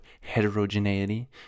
heterogeneity